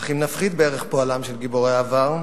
אך אם נפחית בערך פועלם של גיבורי העבר,